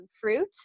fruit